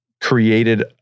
created